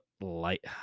light